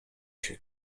się